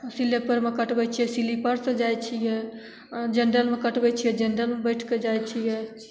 स्लिपरमे कटबै छिए स्लिपरसे जाइ छिए जनरलमे कटबै छिए जनरलमे बैठिके जाइ छिए